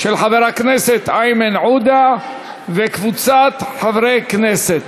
של חבר הכנסת איימן עודה וקבוצת חברי כנסת.